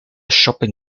shopping